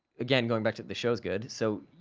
again, going back to, the show's good so,